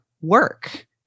work